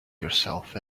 yourself